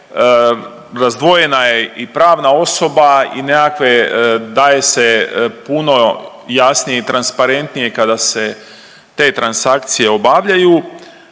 razdvojena je i pravna osoba i nekakve daje se puno jasnije i transparentnije kada se te transakcije obavljaju